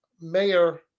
Mayor